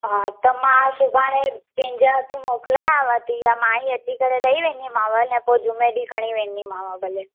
हा त मां सुभाणे कंहिंजे हथु मोकिलियांव थी या मां ई अची करे ॾेई वेंदीमांव न पोइ जूमे ॾींहुं खणी वेंदीमांव भले